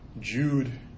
Jude